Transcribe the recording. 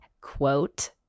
quote